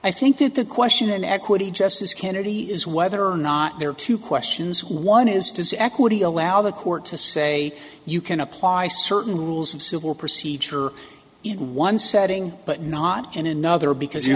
i think that the question in equity justice kennedy is whether or not there are two questions one is does equity allow the court to say you can apply certain rules of civil procedure in one setting but not in another because you